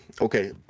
Okay